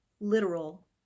literal